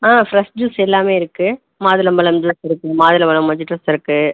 ஆ fresh juice எல்லாமே இருக்குது மாதுளம்பழம் ஜூஸ் இருக்குது மாதுளம்பழம் மொஜிட்டோஸ் இருக்குது